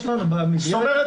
יש לנו --- זאת אומרת,